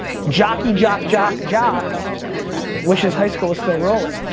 jocky jock jock jock wishes high school was still rolling.